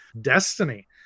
destiny